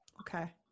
Okay